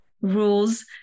rules